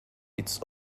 its